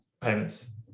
payments